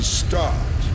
start